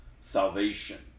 salvation